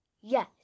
Yes